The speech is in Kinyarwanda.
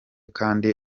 kandi